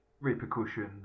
repercussions